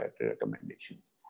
recommendations